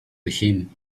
him